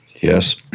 Yes